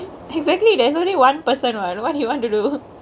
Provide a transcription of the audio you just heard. exactly there's only one person what what he want to do